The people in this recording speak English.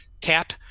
cap